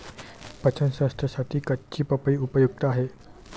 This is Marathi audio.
पचन संस्थेसाठी कच्ची पपई उपयुक्त आहे